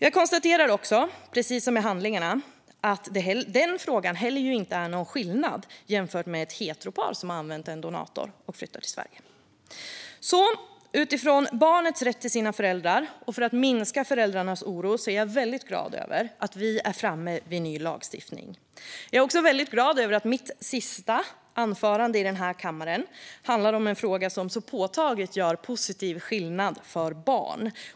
Jag konstaterar också, precis som konstateras i handlingarna, att det i den frågan inte är någon skillnad jämfört med vad som gäller för ett heteropar som använt en donator och flyttar till Sverige. Med tanke på barnets rätt till sina föräldrar och den minskade oron för föräldrarna är jag väldigt glad över att vi är framme vid ny lagstiftning. Jag är också väldigt glad över att mitt sista anförande i denna kammare handlar om en fråga som så påtagligt gör positiv skillnad för barn.